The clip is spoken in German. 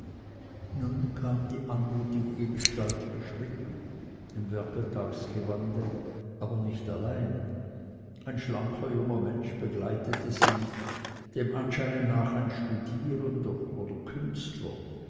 nun kam die anmutige gestalt geschritten im werkeltagsgewande aber nicht allein ein schlanker junger mensch begleitete sie dem anscheine nach ein studierender oder künstler